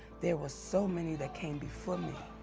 there were so many that came before me.